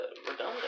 redundant